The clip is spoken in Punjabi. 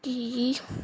ਕੀ